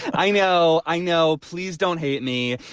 i know. i know. please don't hate me.